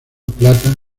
plata